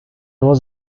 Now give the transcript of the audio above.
was